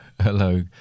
Hello